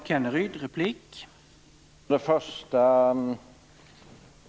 Herr talman!